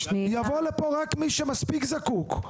יבוא לפה רק מי שמספיק זקוק.